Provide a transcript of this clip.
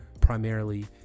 primarily